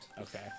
Okay